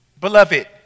Beloved